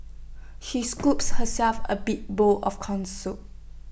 she scooped herself A big bowl of Corn Soup